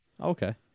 Okay